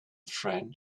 friend